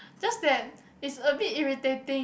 just that it's a bit irritating